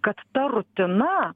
kad ta rutina